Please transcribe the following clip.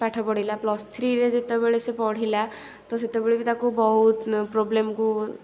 ପାଠ ପଢ଼ିଲା ତା'ପରେ ପ୍ଲସ୍ଥ୍ରୀରେ ଯେତେବେଳେ ସିଏ ପଢ଼ିଲା ତ ସେତେବେଳେ ବି ତାକୁ ବହୁତ ପ୍ରୋବ୍ଲେମ୍କୁ